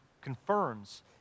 confirms